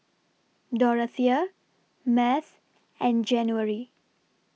Dorathea Math and January